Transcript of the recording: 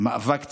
מאבק ציבורי.